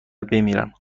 بمیرم